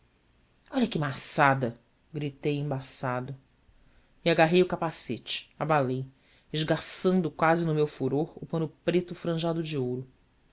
olha que maçada gritei embaçado e agarrei o capacete abalei esgarçando quase no meu furor o pano preto franjado de ouro